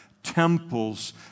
Temples